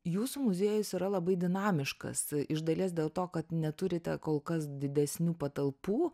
jūsų muziejus yra labai dinamiškas iš dalies dėl to kad neturite kol kas didesnių patalpų